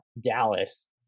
Dallas